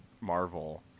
Marvel